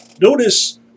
Notice